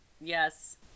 Yes